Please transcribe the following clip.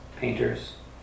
painters